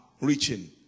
reaching